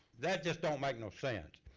that just don't make no sense.